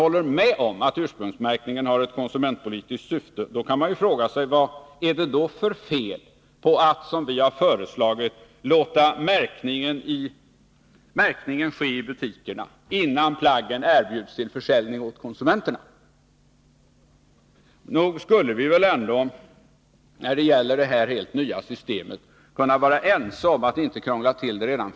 Håller de med om att ursprungsmärkningen har ett konsumentpolitiskt syfte, då kan man fråga sig vad det är för fel på vårt förslag att låta märkningen ske i butikerna, innan plaggen erbjuds till försäljning åt konsumenterna. Nog borde vi väl kunna vara överens om att inte redan från början krångla till det när det gäller detta nya system.